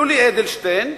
יולי אדלשטיין,